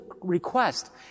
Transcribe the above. request